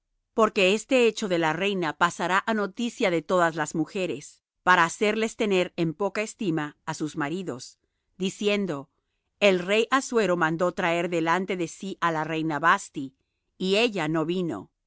porque este hecho de la reina pasará á noticia de todas las mujeres para hacerles tener en poca estima á sus maridos diciendo el rey assuero mandó traer delante de sí á la reina vasthi y ella no vino y